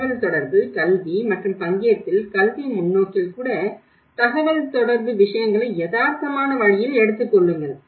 தகவல்தொடர்பு கல்வி மற்றும் பங்கேற்பில் கல்வி முன்னோக்கில் கூட தகவல்தொடர்பு விஷயங்களை யதார்த்தமான வழியில் எடுத்துக் கொள்ளுங்கள்